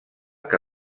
que